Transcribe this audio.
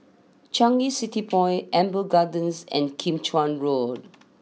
Changi City Point Amber Gardens and Kim Chuan Road